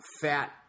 fat